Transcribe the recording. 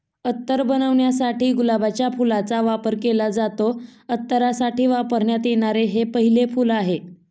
अत्तर बनवण्यासाठी गुलाबाच्या फुलाचा वापर केला जातो, अत्तरासाठी वापरण्यात येणारे हे पहिले फूल आहे